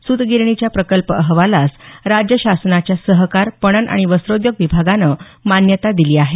सूतगिरणीच्या प्रकल्प अहवालास राज्य शासनाच्या सहकार पणन आणि वस्त्रोद्योग विभागानं मान्यता दिली आहे